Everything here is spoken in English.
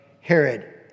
Herod